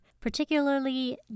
particularly